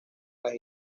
las